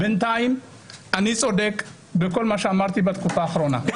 בינתיים אני צודק בכל מה שאמרתי בתקופה האחרונה,